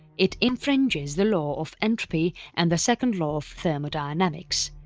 it infringes the law of entropy and the second law of thermodynamics.